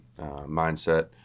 mindset